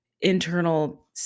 internal